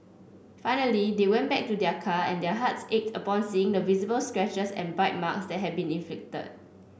finally they went back to their car and their hearts ached upon seeing the visible scratches and bite marks that had been inflicted